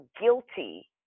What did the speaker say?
guilty